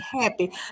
happy